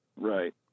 Right